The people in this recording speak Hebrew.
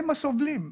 הם הסובלים,